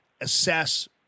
assess